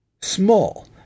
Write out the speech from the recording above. small